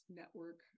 network